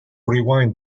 rewind